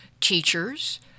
teachers